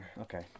Okay